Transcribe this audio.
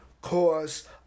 cause